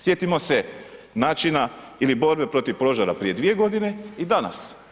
Sjetimo se načina ili borbe protiv požara prije 2 godine i danas.